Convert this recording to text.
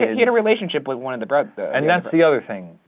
he had a relationship with one of the brothers and that's the other thing.